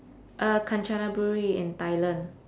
uh kanchanaburi in thailand